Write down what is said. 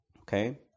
Okay